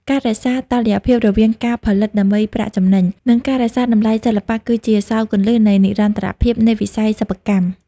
ការរក្សាតុល្យភាពរវាងការផលិតដើម្បីប្រាក់ចំណេញ និងការរក្សាតម្លៃសិល្បៈ គឺជាសោរគន្លឹះនៃនិរន្តរភាពនៃវិស័យសិប្បកម្ម។